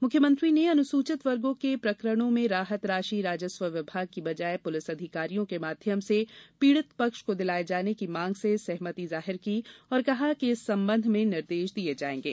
मुख्यमंत्री ने अनुसूचित वर्गो के प्रकरणों में राहत राशि राजस्व विभाग की बजाय पुलिस अधिकारियों के माध्यम से पीड़ित पक्ष को दिलाये जाने की मांग से सहमति जाहिर की और कहा कि इस संबंध में निर्देश दिये जायेंगे